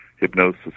hypnosis